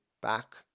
back